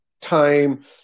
time